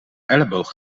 elleboog